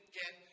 get